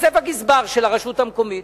התווסף הגזבר של הרשות המקומית.